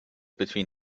between